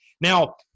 now